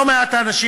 לא מעט אנשים,